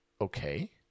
Okay